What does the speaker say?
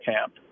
camp